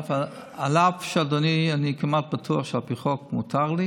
אף על פי שאני כמעט בטוח, אדוני, שמותר לי